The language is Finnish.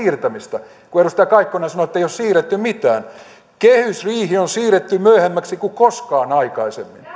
siirtämistä kun edustaja kaikkonen sanoi ettei ole siirretty mitään niin kehysriihi on siirretty myöhemmäksi kuin koskaan aikaisemmin